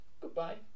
goodbye